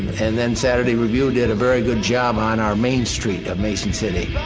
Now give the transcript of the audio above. and then saturday review did a very good job on our main street of mason city.